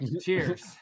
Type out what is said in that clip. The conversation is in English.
cheers